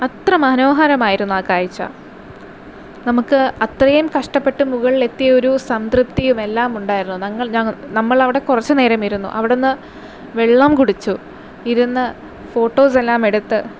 അത്ര മനോഹരമായിരുന്നു ആ കാഴ്ച നമുക്ക് അത്രയും കഷ്ടപ്പെട്ട് മുകളിലെത്തിയ ഒരു സംതൃപ്തിയും എല്ലാം ഉണ്ടായിരുന്നു ഞങ്ങള് നമ്മള് അവിടെ കുറച്ചു നേരം ഇരുന്നു അവിടുന്ന് വെള്ളം കുടിച്ചു ഇരുന്ന് ഫോട്ടോസെല്ലാം എടുത്ത്